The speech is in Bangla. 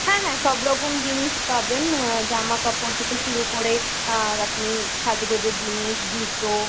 হ্যাঁ হ্যাঁ সব রকম জিনিস পাবেন জামা কাপড় থেকে শুরু করে আপনি সাজগোজের জিনিস জুতো